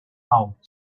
house